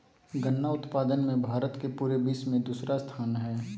गन्ना उत्पादन मे भारत के पूरे विश्व मे दूसरा स्थान हय